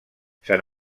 sant